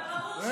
אבל ברור,